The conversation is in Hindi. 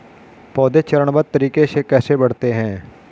पौधे चरणबद्ध तरीके से कैसे बढ़ते हैं?